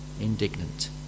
indignant